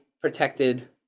protected